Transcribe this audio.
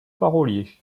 parolier